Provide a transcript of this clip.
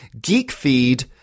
GeekFeed